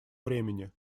времени